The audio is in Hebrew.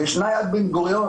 וישנה יד בן-גוריון,